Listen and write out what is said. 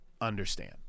understand